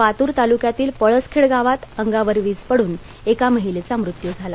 पातूर तालुक्यातील पळसखेड गावात अंगावर वीज पडून एका महिलेचा मृत्यू झाला